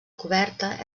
coberta